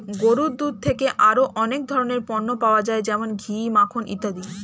গরুর দুধ থেকে আরো অনেক ধরনের পণ্য পাওয়া যায় যেমন ঘি, মাখন ইত্যাদি